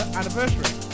anniversary